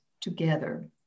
together